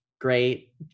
great